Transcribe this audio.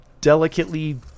delicately